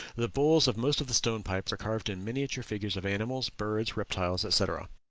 the bowls of most of the stone pipes are carved in miniature figures of animals, birds, reptiles, etc.